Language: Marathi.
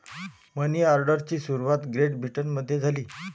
मनी ऑर्डरची सुरुवात ग्रेट ब्रिटनमध्ये झाली